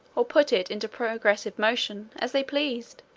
or put it into progressive motion, as they pleased.